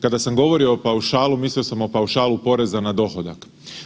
Kada sam govorio o paušalu mislio sam o paušalu poreza na dohodak.